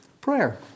prayer